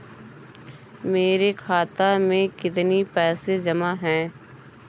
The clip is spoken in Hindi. मेरे खाता में कितनी पैसे जमा हैं?